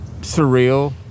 surreal